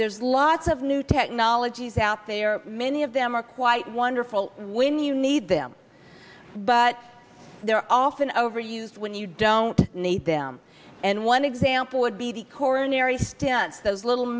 there's lots of new technologies out there many of them are quite wonderful when you need them but they're often overused when you don't need them and one example would be the coronary stents those little